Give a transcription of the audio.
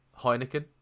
Heineken